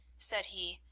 said he,